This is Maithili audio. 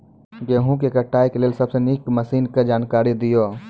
गेहूँ कटाई के लेल सबसे नीक मसीनऽक जानकारी दियो?